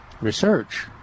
research